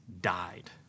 died